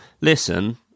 listen